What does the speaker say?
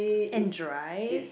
and dry